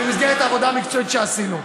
במסגרת העבודה המקצועית שעשינו.